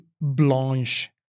blanche